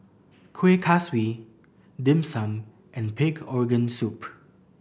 Kuih Kaswi Dim Sum and pig organ soup